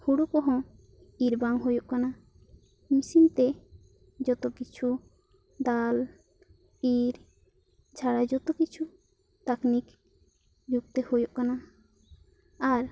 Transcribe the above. ᱦᱳᱲᱳ ᱠᱚᱦᱚᱸ ᱤᱨ ᱵᱟᱝ ᱦᱩᱭᱩᱜ ᱠᱟᱱᱟ ᱢᱤᱥᱤᱱ ᱛᱮ ᱡᱚᱛᱚ ᱠᱤᱪᱷᱩ ᱫᱟᱞ ᱤᱨ ᱪᱷᱟᱲᱟ ᱡᱚᱛᱚ ᱠᱤᱪᱷᱩ ᱴᱮᱠᱱᱤᱠ ᱨᱩᱯ ᱛᱮ ᱦᱩᱭᱩᱜ ᱠᱟᱱᱟ ᱟᱨ